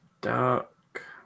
Dark